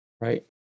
right